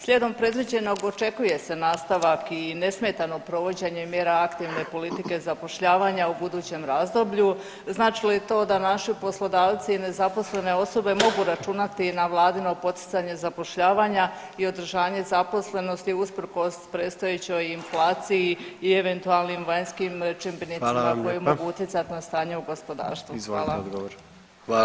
Slijedom predviđenog očekuje se nastavak i nesmetano provođenje mjera aktivne politike zapošljavanja u budućem razdoblju, znači li to da naši poslodavci i nezaposlene osobe mogu računati i na vladino poticanje zapošljavanja i održanje zaposlenosti usprkos predstojećoj inflaciji i eventualnim vanjskim čimbenicima [[Upadica predsjednik: Hvala vam lijepa.]] koji mogu utjecat na stanje u gospodarstvu.